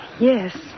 Yes